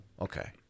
Okay